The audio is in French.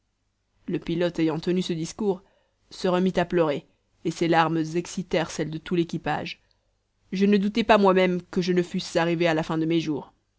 le pilote ayant tenu ce discours se remit à pleurer et ses larmes excitèrent celles de tout l'équipage je ne doutai pas moimême que je ne fusse arrivé à la fin de mes jours